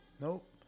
Nope